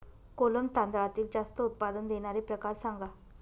कोलम तांदळातील जास्त उत्पादन देणारे प्रकार सांगा